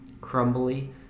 crumbly